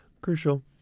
Crucial